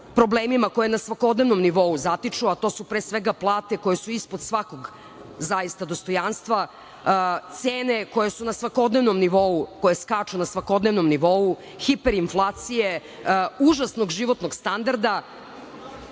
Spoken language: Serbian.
problemima koje na svakodnevnom nivou zatiču, a to su pre svega plate koje su ispod svakog dostojanstva, cene koje skaču na svakodnevnom nivou, hiperinflacije, užasnog životnog standarda,